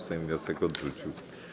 Sejm wniosek odrzucił.